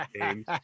games